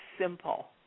simple